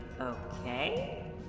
okay